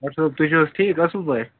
doctor صٲب تُہۍ چھو حظ ٹھیٖک اصل پٲٹھۍ